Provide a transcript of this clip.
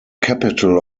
capital